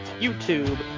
YouTube